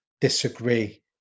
disagree